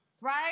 right